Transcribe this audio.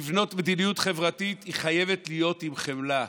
לבנות מדיניות חברתית, היא חייבת להיות עם חמלה,